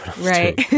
Right